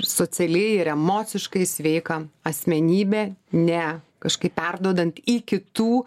socialiai ir emociškai sveiką asmenybę ne kažkaip perduodant į kitų